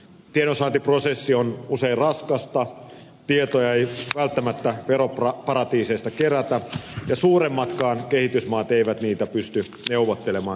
tiedonsaantiprosessi on usein raskas tietoja ei välttämättä veroparatiiseista kerätä ja suuremmatkaan kehitysmaat eivät niitä pysty neuvottelemaan